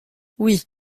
oui